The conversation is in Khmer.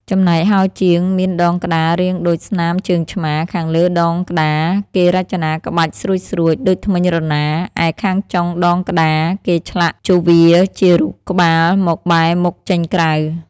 ចំណែកហោជាង មានដងក្តាររាងដូចស្នាមជើងឆ្មា ខាងលើដងក្តារគេរចនាក្បាច់ស្រួចៗដូចធ្មេញរណារ ឯខាងចុងដងក្តារគេឆ្លាក់ជហ្វាជារូបក្បាលមករបែរមុខចេញក្រៅ ។